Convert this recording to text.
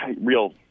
real